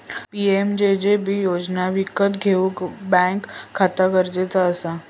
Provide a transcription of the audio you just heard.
PMJJB योजना विकत घेऊक बॅन्क खाता गरजेचा असा